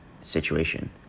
situation